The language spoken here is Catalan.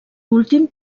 últim